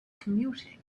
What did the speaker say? commuting